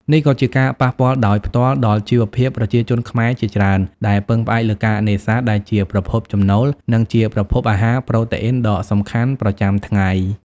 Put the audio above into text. នេះក៏ជាការប៉ះពាល់ដោយផ្ទាល់ដល់ជីវភាពប្រជាជនខ្មែរជាច្រើន ដែលពឹងផ្អែកលើការនេសាទដែលជាប្រភពចំណូល និងជាប្រភពអាហារប្រូតេអ៊ីនដ៏សំខាន់ប្រចាំថ្ងៃ។